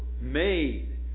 made